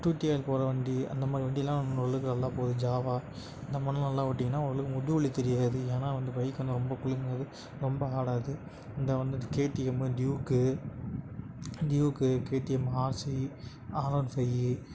two DL போகிற வண்டி அந்த மாதிரி வண்டிலாம் ஓரளவுக்கு நல்லா போகுது ஜாவா இந்த மாறிலாம் நல்லா ஓட்டிக்குனால் ஓரளவுக்கு முதுகு வலி தெரியாது ஏன்னால் அந்த பைக் வந்து ரொம்ப குலுங்காது ரொம்ப ஆடாது இந்த வந்து கேடிஎம் ட்யூக்கு ட்யூக்கு KTM RC R one five இ